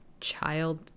child